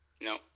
No